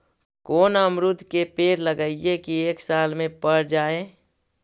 कोन अमरुद के पेड़ लगइयै कि एक साल में पर जाएं?